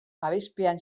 babespean